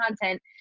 content